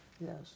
Yes